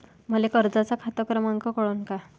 मले कर्जाचा खात क्रमांक कळन का?